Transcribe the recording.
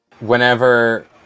whenever